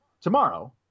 Tomorrow